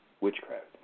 witchcraft